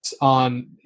on